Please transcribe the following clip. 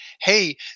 hey